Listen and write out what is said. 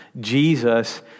Jesus